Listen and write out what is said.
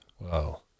Wow